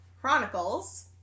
Chronicles